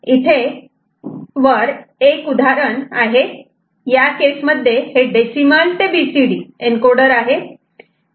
इथे एक उदाहरण आहे या केस मध्ये हे डेसिमल ते बीसीडी एन्कॉडर आहे